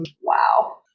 Wow